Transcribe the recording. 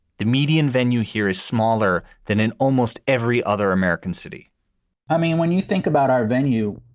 the median venue here is smaller than in almost every other american city i mean, when you think about our venue,